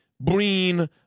Breen